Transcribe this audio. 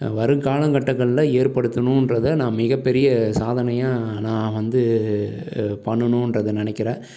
வரும் காலங்கட்டங்களில் ஏற்படுத்தணுன்றதை நான் மிகப்பெரிய சாதனையாக நான் வந்து பண்ணணுன்றதை நினைக்கிறேன்